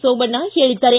ಸೋಮಣ್ಣ ಹೇಳಿದ್ದಾರೆ